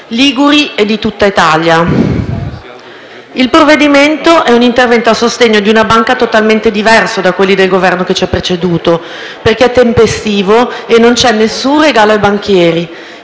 liguri e di tutta Italia. Il provvedimento è un intervento a sostegno di una banca totalmente diverso da quelli del Governo che ci ha preceduto, perché è tempestivo e non c'è alcun regalo ai banchieri: